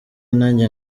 nanjye